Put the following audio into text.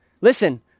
listen